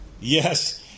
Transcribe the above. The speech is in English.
Yes